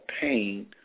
pain